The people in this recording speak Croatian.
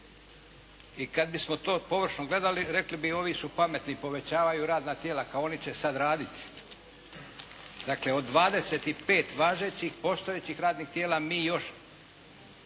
i kad bismo to površno gledali rekli bi ovi su pametni. Povećavaju radna tijela kao oni će sad raditi. Dakle, od 25 važećih, postojećih radnih tijela mi još